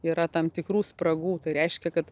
yra tam tikrų spragų tai reiškia kad